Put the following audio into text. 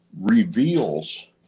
reveals